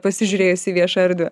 pasižiūrėjus į viešą erdvę